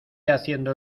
haciendo